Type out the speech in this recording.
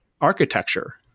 architecture